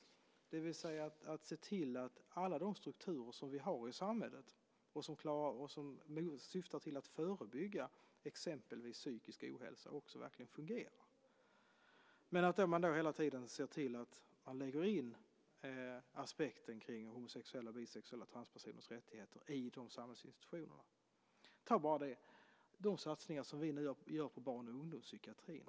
Det innebär att se till att alla de strukturer som vi har i samhället och som syftar till att förebygga exempelvis psykisk ohälsa verkligen fungerar. Men man måste hela tiden se till att lägga in aspekten kring homosexuellas, bisexuellas och transpersoners rättigheter i de samhällsinstitutionerna. Ta bara de satsningar som vi nu gör på barn och ungdomspsykiatrin.